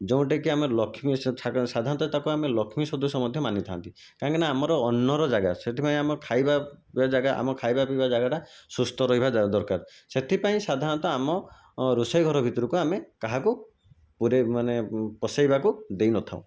ଯୋଉଁଟାକି ଆମର ଲକ୍ଷ୍ମୀ ସାଧାରଣତଃ ତାକୁ ଆମେ ଲକ୍ଷ୍ମୀ ସଦସ୍ୟ ମଧ୍ୟ ମାନିଥାନ୍ତି କାହିଁକି ନା ଆମର ଅନ୍ନର ଜାଗା ସେଥିପାଇଁ ଆମ ଖାଇବା ପିଇ ଜାଗା ଆମ ଖାଇବା ପିଇବା ଜାଗାଟା ସୁସ୍ଥ ରହିବା ଦରକାର ସେଥିପାଇଁ ସାଧାରଣତଃ ଆମ ରୋଷେଇଘର ଭିତୁରୁକୁ ଆମେ କାହାକୁ ପୁରେଇ ମାନେ ପଶେଇବାକୁ ଦେଇ ନଥାଉ